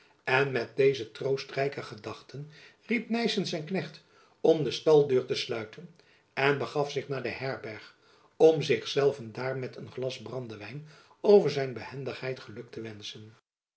en met deze troostrijke gedachten riep nyssen zijn knecht om de staldeur te sluiten en begaf zich naar de herberg om zich zelven daar met een glas brandewijn over zijn behendigheid geluk te wenschen